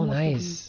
nice